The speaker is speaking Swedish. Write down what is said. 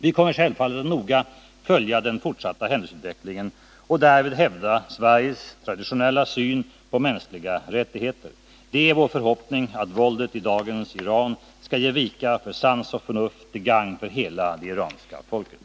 Vi kommer självfallet att noga följa den fortsatta händelseutvecklingen och därvid hävda Sveriges traditionella syn på mänskliga rättigheter. Det är vår förhoppning att våldet i dagens Iran skall ge vika för sans och förnuft till gagn för hela det iranska folket.